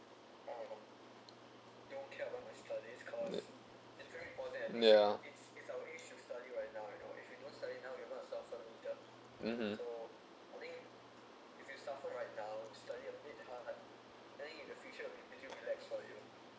ya (uh huh)